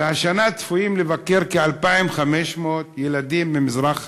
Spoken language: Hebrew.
והשנה צפויים לבקר כ-2,500 ילדים ממזרח העיר.